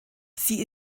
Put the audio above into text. sie